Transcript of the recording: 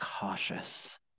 cautious